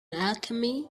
alchemy